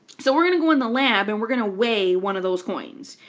so we're going to go in the lab and we're going to weigh one of those coins,